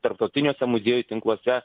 tarptautiniuose muziejų tinkluose